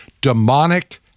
demonic